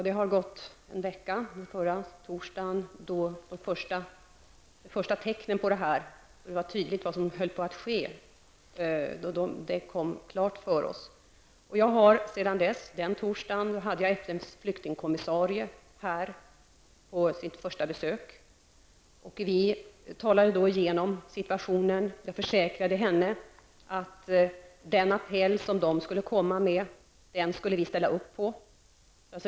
Det har gått en vecka sedan förra torsdagen då de första tecknen på detta kom och då vi fick klart för oss vad som höll på att ske. Den torsdagen hade jag FNs flyktingkommissarie här på sitt första besök, och vi talade igenom situationen. Jag försäkrade henne om att den appell som de skulle komma med skulle vi ställa upp på.